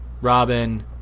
Robin